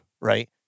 Right